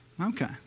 Okay